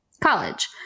College